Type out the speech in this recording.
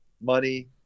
money